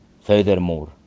furthermore